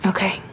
Okay